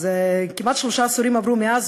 אז כמעט שלושה עשורים עברו מאז,